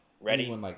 ready